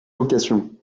vocation